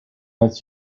its